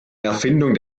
erfindung